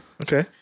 Okay